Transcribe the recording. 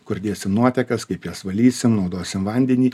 kur dėsim nuotekas kaip jas valysim naudosim vandenį